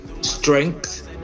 strength